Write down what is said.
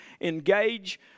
engage